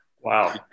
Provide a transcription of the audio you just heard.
Wow